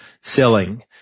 selling